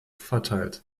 verteilt